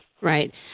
Right